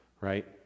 right